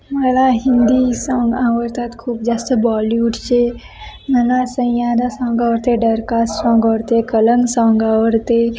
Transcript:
मला हिंदी साँग आवडतात खूप जास्त बॉलीवूडचे मला सैयारा साँग आवडते डरका साँग आवडते कलंक साँग आवडते